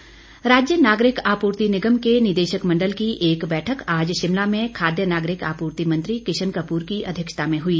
निगम बैठक राज्य नागरिक आपूर्ति निगम के निदेशक मंडल की एक बैठक आज शिमला में खाद्य नागरिक आपूर्ति मंत्री किशन कपूर की अध्यक्षता में हुई